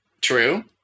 True